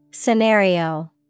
Scenario